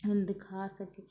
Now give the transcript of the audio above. ਹੁਣ ਦਿਖਾ ਸਕੇ